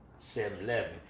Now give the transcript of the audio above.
7-Eleven